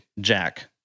Jack